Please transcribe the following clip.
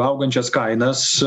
augančias kainas